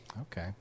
Okay